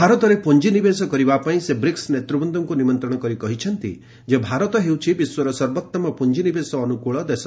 ଭାରତରେ ପୁଞ୍ଜିନିବେଶ କରିବା ପାଇଁ ସେ ବ୍ରିକ୍ସ ନେତୃବୃନ୍ଦଙ୍କୁ ନିମନ୍ତ୍ରଣ କରି କହିଛନ୍ତି ଯେ ଭାରତ ହେଉଛି ବିଶ୍ୱର ସର୍ବୋଉମ ପୁଞ୍ଜିନିବେଶ ଅନୁକୂଳ ଦେଶ